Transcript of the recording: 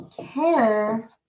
care